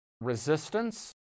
resistance